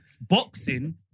Boxing